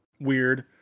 weird